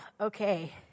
okay